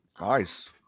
Nice